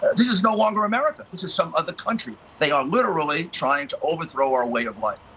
this is no longer america, this is some other country. they are literally trying to overthrow our way of life.